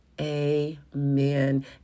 amen